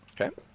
Okay